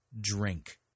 drink